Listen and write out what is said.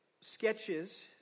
sketches